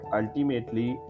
ultimately